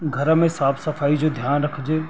घर में साफ़ु सफ़ाईअ जो ध्यानु रखिजे